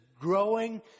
growing